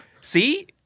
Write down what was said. See